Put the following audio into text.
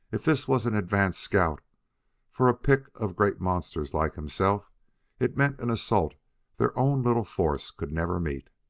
if this was an advance scout for a pick of great monsters like himself it meant an assault their own little force could never meet.